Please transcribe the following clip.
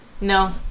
No